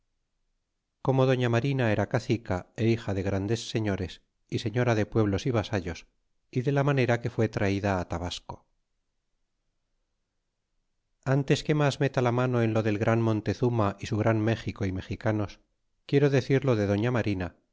como data marina era canica hija de grandes señores y mara de pueblos y vasallos y de la manera que fud traida tabasco antes que mas meta la imano en lo del gran montezuma y su gran méxico y mexicanos quiero decir lo de doña marina